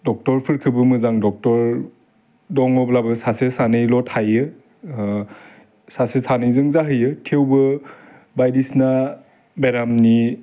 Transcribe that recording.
डक्टरफोरखौबो मोजां डक्टर दङब्लाबो सासे सानैल' थायो सासे सानैजों जाहैयो थेवबो बायदिसिना बेरामनि